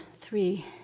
three